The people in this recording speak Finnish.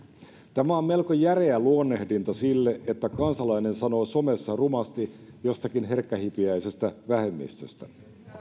tämä on melko järeä luonnehdinta sille että kansalainen sanoo somessa rumasti jostakin herkkähipiäisestä vähemmistöstä